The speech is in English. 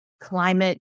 climate